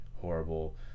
horrible